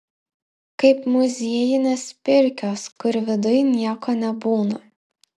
kaip muziejinės pirkios kur viduj nieko nebūna